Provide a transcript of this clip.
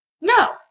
No